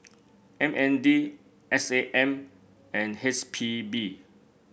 M N D S A M and H P B